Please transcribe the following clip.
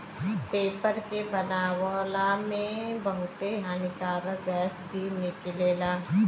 paper के बनावला में बहुते हानिकारक गैस भी निकलेला